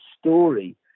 story